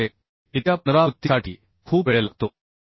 त्यामुळे इतक्या पुनरावृत्तीसाठी खूप वेळ लागतो